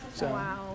Wow